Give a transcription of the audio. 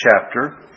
chapter